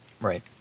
right